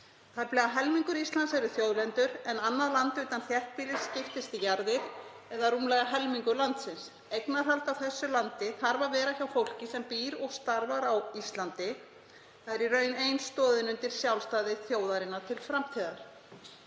Tæplega helmingur Íslands er þjóðlendur en annað land utan þéttbýlis skiptist í jarðir, eða rúmlega helmingur landsins. Eignarhald á því landi þarf að vera hjá fólki sem býr og starfar á Íslandi. Það er í raun ein stoð undir sjálfstæði þjóðarinnar til framtíðar.